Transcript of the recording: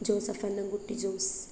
Joseph Annamkutty Jose